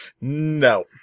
No